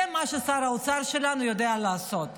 זה מה ששר האוצר שלנו יודע לעשות.